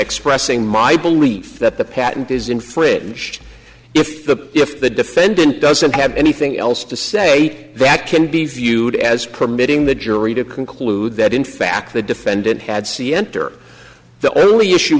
expressing my belief that the patent is infringed if the if the defendant doesn't have anything else to say that can be viewed as permitting the jury to conclude that in fact the defendant had see enter the only issue